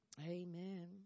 Amen